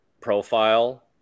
profile